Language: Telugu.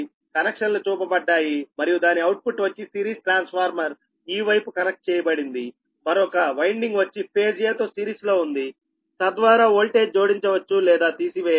కనెక్షన్లు చూపబడ్డాయి మరియు దాని ఔట్పుట్ వచ్చి సిరీస్ ట్రాన్స్ఫార్మర్ ఈ వైపు కనెక్ట్ చేయబడిందిమరొక వైన్డింగ్ వచ్చి ఫేజ్ 'a' తో సిరీస్ లో ఉంది తద్వారా వోల్టేజ్ జోడించవచ్చు లేదా తీసివేయవచ్చు